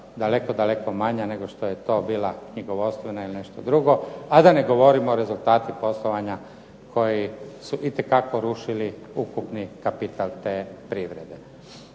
daleko, daleko manje nego što je to bila knjigovodstvena ili nešto drugo, a da ne govorimo rezultate poslovanja koji su itekako rušili ukupni kapital te privrede.